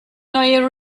neue